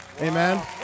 Amen